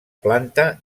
planta